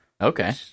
Okay